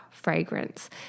fragrance